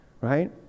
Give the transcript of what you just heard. right